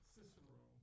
Cicero